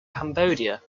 cambodia